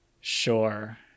Sure